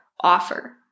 offer